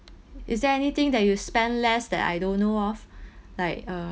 is there anything that you spend less that I don't know of like uh